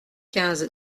quinze